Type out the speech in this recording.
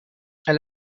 elle